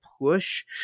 push